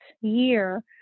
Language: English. year